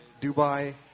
dubai